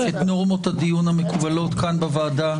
את נורמות הדיון המקובלות כאן בוועדה.